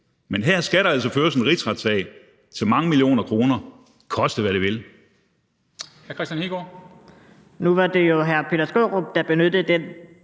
Men her skal der altså føres en rigsretssag til mange millioner kroner, koste, hvad det vil. Kl. 14:32 Formanden (Henrik Dam